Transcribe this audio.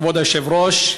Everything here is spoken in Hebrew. כבוד היושב-ראש,